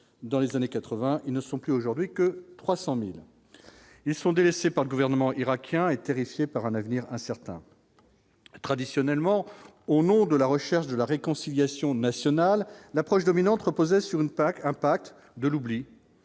dans les années 80, ils ne sont plus aujourd'hui que 300000 ils sont délaissées par le gouvernement irakien et terrifié par un avenir incertain. Traditionnellement, au nom de la recherche de la réconciliation nationale, l'approche dominante reposait sur une PAC un pacte de l'oubli,